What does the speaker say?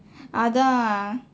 அதான்:athaan